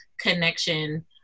connection